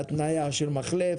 בהתנייה של מחלף,